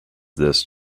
this